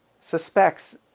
suspects